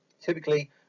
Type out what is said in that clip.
Typically